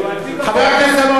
חבר הכנסת דנון,